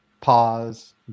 pause